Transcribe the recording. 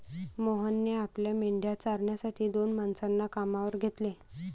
मोहनने आपल्या मेंढ्या चारण्यासाठी दोन माणसांना कामावर घेतले